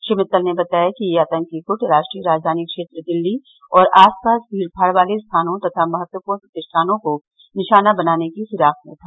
श्री मित्तल ने बताया कि यह आतंकी गुट राष्ट्रीय राजधानी क्षेत्र दिल्ली और आसपास भीड़ भाड़ वाले स्थानों तथा महत्वपूर्ण प्रतिष्ठानों को निशाना बनाने की फिराक में था